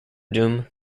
doom